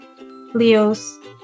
Leo's